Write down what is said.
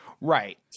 right